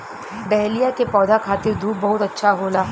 dahlia के पौधा खातिर धूप बहुत अच्छा होला